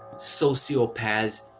sociopaths.